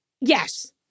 Yes